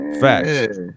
Facts